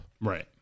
Right